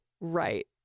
right